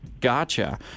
Gotcha